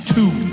Two